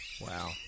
Wow